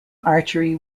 archery